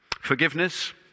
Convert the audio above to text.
forgiveness